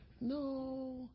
No